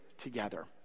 together